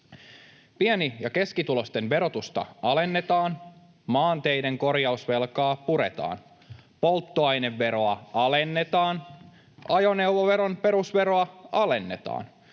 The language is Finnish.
Pieni- ja keskituloisten verotusta alennetaan. Maanteiden korjausvelkaa puretaan. Polttoaineveroa alennetaan. Ajoneuvoveron perusveroa alennetaan.